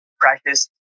Practice